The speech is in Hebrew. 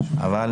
זה.